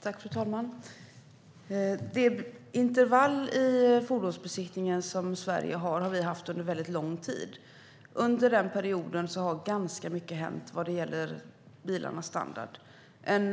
Fru talman! Det intervall i fordonsbesiktningen som finns i Sverige har vi haft under en väldigt lång tid. Under den perioden har ganska mycket hänt vad det gäller bilarnas standard. En